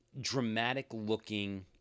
dramatic-looking